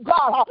God